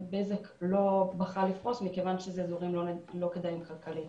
בזק לא בחרה לפרוס מכיוון שאלה אזורים לא כדאיים כלכלית.